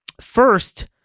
First